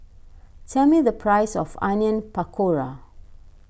tell me the price of Onion Pakora